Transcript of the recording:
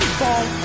fall